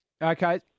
Okay